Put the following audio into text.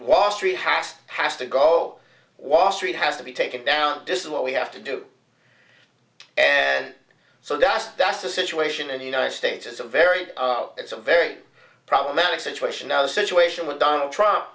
wall street past has to go wasser it has to be taken down this is what we have to do and so that's that's the situation in the united states it's a very it's a very problematic situation now the situation with donald trump